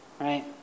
Right